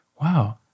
wow